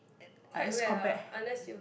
uh as compared